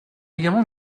également